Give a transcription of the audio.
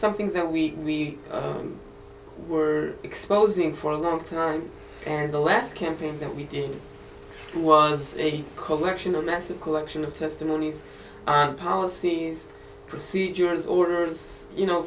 something that we were exposing for a long time and the last campaign that we did was a collection of massive collection of testimonies policies procedures orders you know